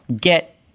get